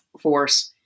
Force